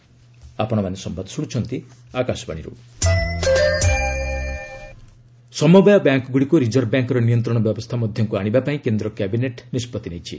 cabinet ସମବାୟ ବ୍ୟାଙ୍କ୍ଗୁଡ଼ିକୁ reserve ବ୍ୟାଙ୍କ୍ର ନିୟନ୍ତ୍ରଣ ବ୍ୟବସ୍ଥା ମଧ୍ୟକୁ ଆଣିବା ପାଇଁ କେନ୍ଦ୍ର କ୍ୟାବିନେଟ୍ ନିଷ୍ପଭି ନେଇଛି